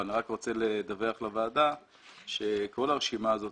אני רק רוצה לדווח לוועדה שכל הרשימה הזאת